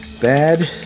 Bad